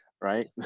right